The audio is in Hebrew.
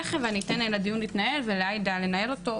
כן ואני אתן לדיון להתנהל ולעאידה לנהל את הדיון,